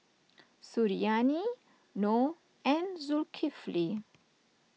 Suriani Noh and Zulkifli